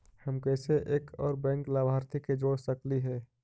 हम कैसे एक और बैंक लाभार्थी के जोड़ सकली हे?